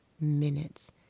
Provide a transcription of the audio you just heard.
minutes